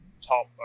top